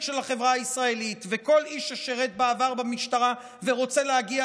של החברה הישראלית וכל איש ששירת בעבר במשטרה ורוצה להגיע,